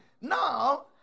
Now